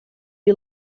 you